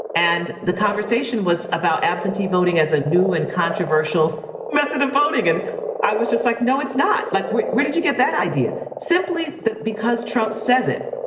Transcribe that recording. and the conversation was about absentee voting as a new and controversial method of voting. and i was just like, no, it's not. like where where did you get that idea? simply because trump says it,